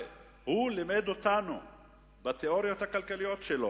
שלימד אותנו בתיאוריות הכלכליות שלו,